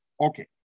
Okay